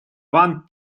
ван